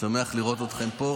אני שמח לראות אתכם פה.